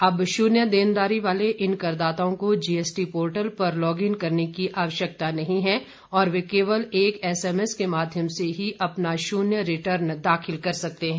अब शून्य देनदारी वाले इन करदाताओं को जीएसटी पोर्टल पर लॉग इन करने की आवश्यकता नहीं है और वे केवल एक एसएमएस के माध्यम से ही अपना शून्य रिटर्न दाखिल कर सकते हैं